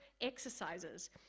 exercises